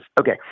okay